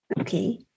Okay